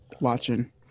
watching